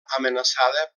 amenaçada